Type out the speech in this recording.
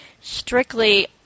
strictly